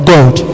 God